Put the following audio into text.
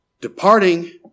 Departing